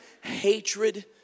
hatred